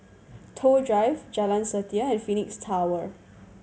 Toh Drive Jalan Setia and Phoenix Tower